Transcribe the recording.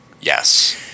Yes